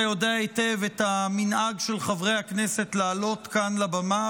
אתה יודע היטב את המנהג של חברי הכנסת לעלות לכאן לבמה